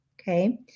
Okay